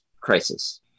crisis